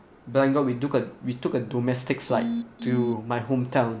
bangalore we took we took a domestic flight to my hometown